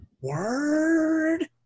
Word